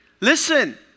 listen